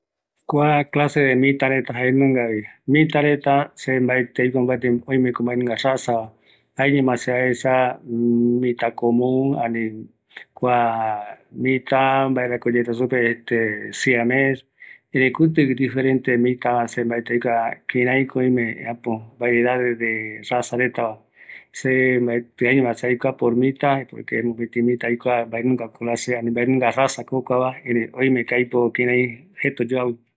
Kua mïtäreta jaenungavi, oime mïtaretava mbaetɨ aikuambate, oïme siame, kuti raza rupi aikuaa